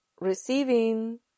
receiving